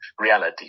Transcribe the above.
reality